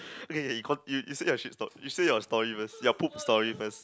okay okay you con~ you you say your shit you say your story first your poop story first